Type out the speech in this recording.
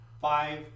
five